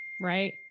right